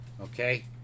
Okay